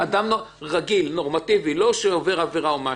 אדם רגיל, נורמטיבי, לא כזה שעבר עבירה או משהו.